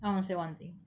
I want say one thing